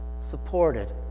supported